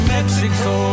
Mexico